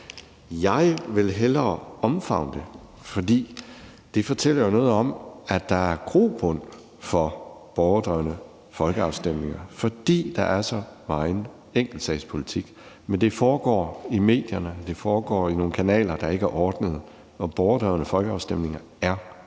Jeg vil hellere omfavne det, for det fortæller jo noget om, at der er grobund for borgerdrevne folkeafstemninger, fordi der er så megen enkeltsagspolitik. Men det foregår i medierne, og det foregår ad nogle kanaler, der ikke er ordnede, og borgerdrevne folkeafstemninger er ordnede.